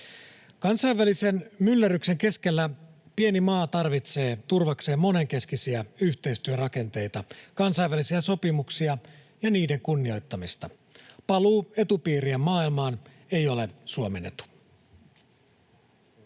Kansainvälisen myllerryksen keskellä pieni maa tarvitsee turvakseen monenkeskisiä yhteistyörakenteita, kansainvälisiä sopimuksia ja niiden kunnioittamista. Paluu etupiirien maailmaan ei ole Suomen etu.